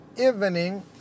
evening